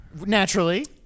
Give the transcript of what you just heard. Naturally